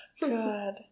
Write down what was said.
God